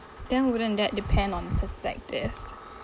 then wouldn't that depend on perspective